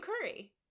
Curry